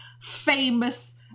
famous